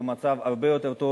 במצב הרבה יותר טוב.